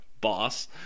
boss